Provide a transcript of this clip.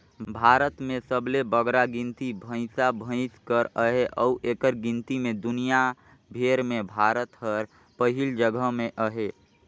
भारत में सबले बगरा गिनती भंइसा भंइस कर अहे अउ एकर गिनती में दुनियां भेर में भारत हर पहिल जगहा में अहे